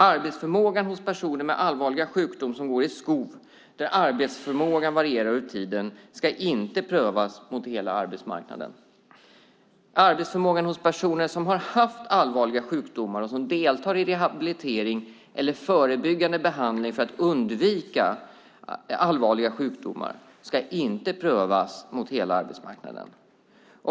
Arbetsförmågan hos personer med allvarliga sjukdomar som går i skov, där arbetsförmågan varierar över tiden, ska inte prövas mot hela arbetsmarknaden. Arbetsförmågan hos personer som har haft allvarliga sjukdomar och som deltar i rehabilitering eller förebyggande behandling för att undvika allvarliga sjukdomar ska inte prövas mot hela arbetsmarknaden.